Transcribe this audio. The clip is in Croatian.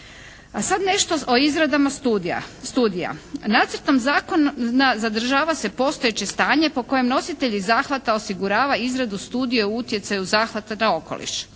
sad nešto o izradama studija. Nacrtom zakona zadržava se postojeće stanje po kojem nositelji zahvata osigurava izradu studije o utjecaju zahvata na okoliš.